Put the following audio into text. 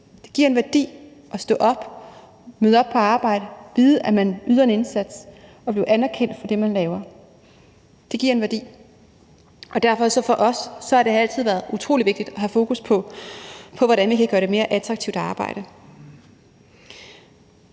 Det giver en værdi at stå op, møde ind på arbejde og vide, at man yder en indsats og bliver anerkendt for det, man laver. Det giver en værdi, og derfor har det for os altid været utrolig vigtigt at have fokus på, hvordan vi kan gøre det mere attraktivt at arbejde.